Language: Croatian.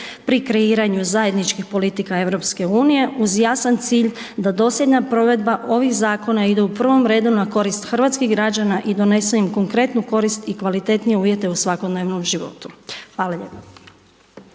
pri kreiranju zajedničkih politika EU uz jasan cilj, da dosljedna provedba ovih zakona ide u prvom redu na korist hrvatskih građana i donese im konkretnu korist i kvalitetnije uvjete u svakodnevnom životu. Hvala lijepo.